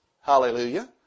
Hallelujah